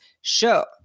show